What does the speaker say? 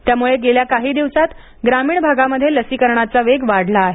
त्यामुळे गेल्या काही दिवसांत ग्रामीण भागामध्ये लसीकरणाचा वेग वाढला आहे